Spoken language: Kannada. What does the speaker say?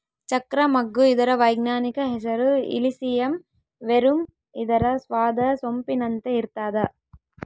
ಚಕ್ರ ಮಗ್ಗು ಇದರ ವೈಜ್ಞಾನಿಕ ಹೆಸರು ಇಲಿಸಿಯಂ ವೆರುಮ್ ಇದರ ಸ್ವಾದ ಸೊಂಪಿನಂತೆ ಇರ್ತಾದ